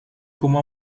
como